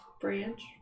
branch